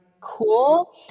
cool